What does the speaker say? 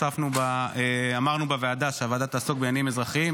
הוספנו ואמרנו בוועדה שהוועדה תעסוק בעניינים אזרחיים